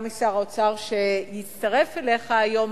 גם משר האוצר שיצטרף אליך היום,